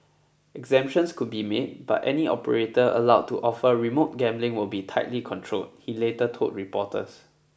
exemptions could be made but any operator allowed to offer remote gambling will be tightly controlled he later told reporters